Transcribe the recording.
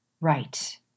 right